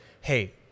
Hey